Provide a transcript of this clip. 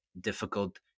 difficult